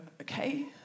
okay